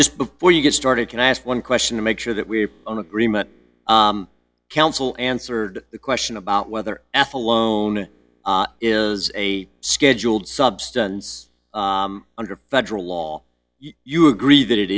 just before you get started can i ask one question to make sure that we're in agreement counsel answered the question about whether f alone is a scheduled substance under federal law you agree that it